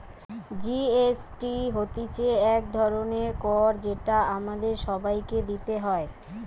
GST হতিছে এক ধরণের কর যেটা আমাদের সবাইকে দিতে হয়